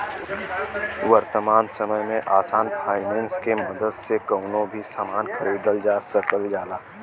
वर्तमान समय में आसान फाइनेंस के मदद से कउनो भी सामान खरीदल जा सकल जाला